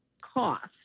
cost